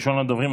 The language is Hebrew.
ראשון הדוברים,